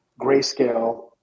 Grayscale